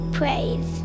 praise